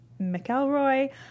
McElroy